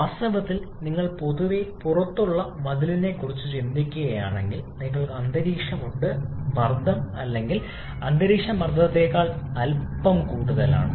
വാസ്തവത്തിൽ നിങ്ങൾ പൊതുവെ പുറത്തുള്ള മതിലിനെക്കുറിച്ച് ചിന്തിക്കുകയാണെങ്കിൽ നിങ്ങൾക്ക് അന്തരീക്ഷമുണ്ട് മർദ്ദം അല്ലെങ്കിൽ അന്തരീക്ഷമർദ്ദത്തേക്കാൾ അല്പം കൂടുതലാണ്